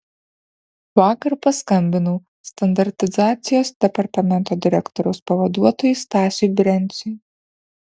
vakar paskambinau standartizacijos departamento direktoriaus pavaduotojui stasiui brenciui